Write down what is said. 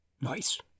Nice